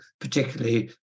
particularly